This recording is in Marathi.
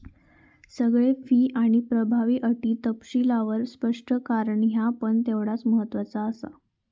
सगळे फी आणि प्रभावी अटी तपशीलवार स्पष्ट करणा ह्या पण तेवढाच महत्त्वाचा आसा